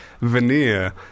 veneer